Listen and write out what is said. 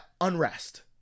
unrest